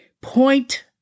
point